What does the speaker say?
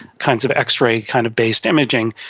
kind of x-ray kind of based imaging,